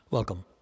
Welcome